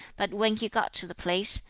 but when he got to the place,